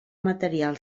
material